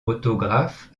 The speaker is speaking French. autographe